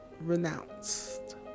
renounced